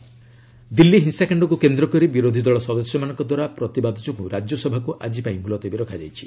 RS adjourn Delhi ହିଂସାକାଣ୍ଡକୁ କେନ୍ଦ୍ର କରି ବିରୋଧୀ ଦଳ ସଦସ୍ୟମାନଙ୍କ ଦ୍ୱାରା ପ୍ରତିବାଦ ଯୋଗୁଁ ରାଜ୍ୟସଭାକୁ ଆଜିପାଇଁ ମୁଲତବୀ ରଖାଯାଇଛି